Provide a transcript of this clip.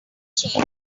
changed